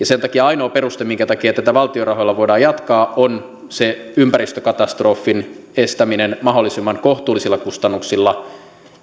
sen takia ainoa peruste minkä takia tätä valtion rahoilla voidaan jatkaa on se ympäristökatastrofin estäminen mahdollisimman kohtuullisilla kustannuksilla